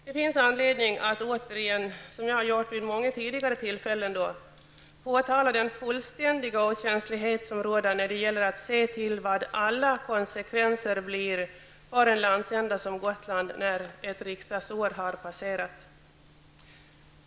Det finns anledning att återigen, som jag gjort vid tidigare tillfällen, påtala den fullständiga okänslighet som råder när det gäller att se vilka alla konsekvenserna blir för en landsända som Gotland när ett riksdagsår har passerat.